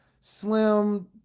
slim